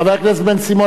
חבר הכנסת בן-סימון,